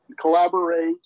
collaborate